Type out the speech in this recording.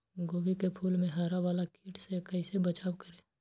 गोभी के फूल मे हरा वाला कीट से कैसे बचाब करें?